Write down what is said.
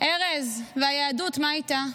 ארז, והיהדות, מה אתה?